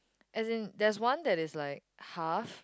as in there's one that is like half